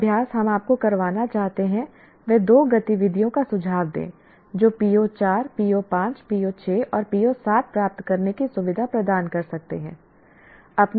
जो अभ्यास हम आपको करवाना चाहते हैं वह दो गतिविधियों का सुझाव दे जो PO4 PO5 PO6 और PO7 प्राप्त करने की सुविधा प्रदान कर सकते हैं